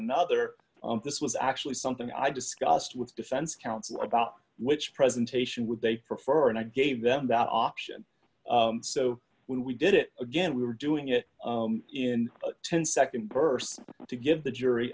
another this was actually something i discussed with the defense counsel about which presentation would they prefer and i gave them that option so when we did it again we were doing it in a ten nd bursts to give the jury